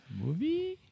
movie